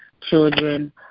children